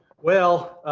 well,